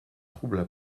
troubla